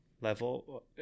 level